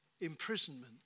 imprisonment